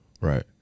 Right